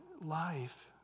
life